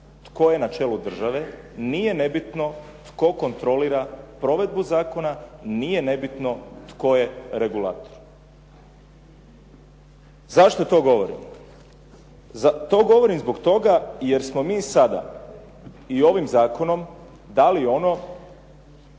tko je na čelu države, nije nebitno tko kontrolira provedbu zakona, nije nebitno tko je regulator. Zašto to govorim? To govori zbog toga jer smo mi sada i ovim zakonom dali ono